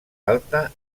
alta